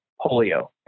polio